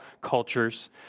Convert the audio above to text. cultures